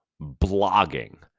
Blogging